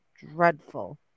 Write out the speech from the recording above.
dreadful